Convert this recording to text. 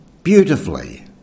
beautifully